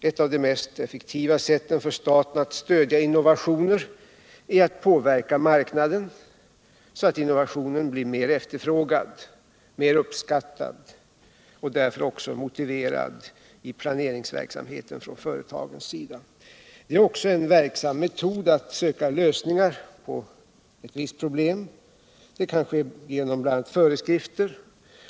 Ett av de mest effektiva sätten för staten att stödja innovationer är att påverka marknaden, så att innovationen blir mer efterfrågad, mer uppskattad, och därför också motiverad i företagens planeringsverksamhet. Det är också en verksam metod att söka lösningar på ett visst problem. Det kan ske genom bl.a. föreskrifter.